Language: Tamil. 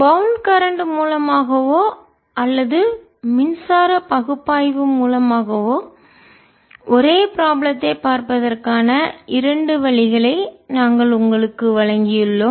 பௌன்ட் கரண்ட் மூலமாகவோ அல்லது மின்சார பகுப்பாய்வு மூலமாகவோ ஒரே ப்ராப்ளத்தை பார்ப்பதற்கான இரண்டு வழிகளை நாங்கள் உங்களுக்கு வழங்கியுள்ளோம்